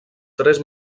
tres